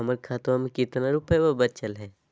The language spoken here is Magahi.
हमर खतवा मे कितना रूपयवा बचल हई?